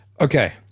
okay